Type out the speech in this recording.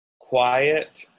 Quiet